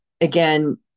again